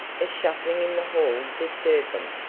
a shuffling in the hall disturbed them.